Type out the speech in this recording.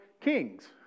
kings